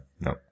no